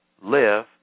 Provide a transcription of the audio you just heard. live